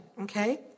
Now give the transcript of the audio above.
okay